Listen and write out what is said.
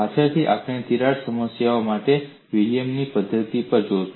પાછળથી આપણે તિરાડ સમસ્યાઓ માટે વિલિયમની પદ્ધતિ પણ જોઈશું